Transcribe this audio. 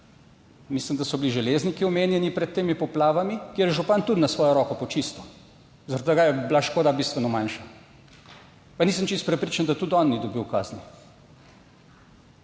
mislim, da so bili Železniki omenjeni pred temi poplavami, kjer je župan tudi na svojo roko počistil, zaradi tega je bila škoda bistveno manjša, pa nisem čisto prepričan, da tudi on ni dobil kazni.